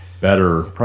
better